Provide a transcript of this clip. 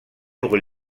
pour